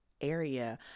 area